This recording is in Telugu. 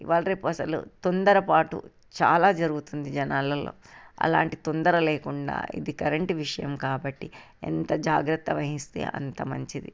ఇవాళ రేపు అసలు తొందరపాటు చాలా జరుగుతుంది జనాలల్లో అలాంటి తొందర లేకుండా ఇది కరెంటు విషయం కాబట్టి ఎంత జాగ్రత్త వహిస్తే అంత మంచిది